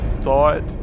thought